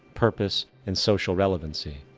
purpose and social relevancy.